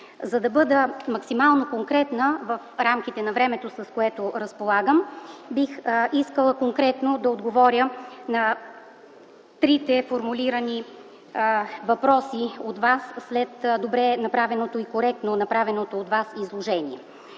За да бъда максимално конкретна в рамките на времето, с което разполагам, бих искала да отговоря на трите формулирани въпроса от Вас, след добре направеното и коректно изложение.